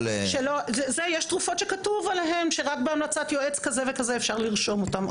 יש תרופות שכתוב עליהן שרק בהמלצת יועץ כזה וכזה אפשר לרשום אותן.